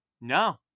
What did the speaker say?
no